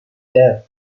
death